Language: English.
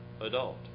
adult